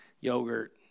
yogurt